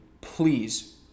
Please